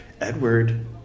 Edward